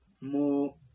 more